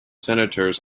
senators